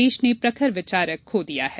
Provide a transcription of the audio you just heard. देश ने प्रखर विचारक खो दिया है